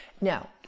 Now